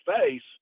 face